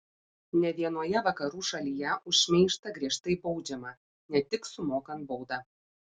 ne vienoje vakarų šalyje už šmeižtą griežtai baudžiama ne tik sumokant baudą